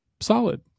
solid